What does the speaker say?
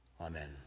Amen